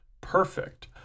perfect